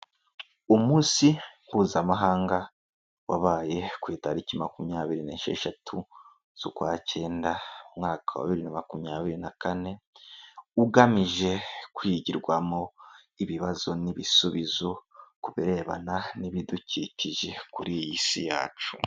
Umunsi Mpuzamahanga wabaye ku itariki makumyabiri n'esheshatu z'ukwacyenda, umwaka wa bibiri na makumyabiri na kane, ugamije kwigirwamo ibibazo n'ibisubizo ku birebana n'ibidukikije kuri iy' Isi yacu.